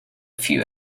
few